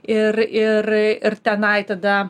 ir ir ir tenai tada